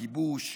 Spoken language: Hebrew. הכיבוש,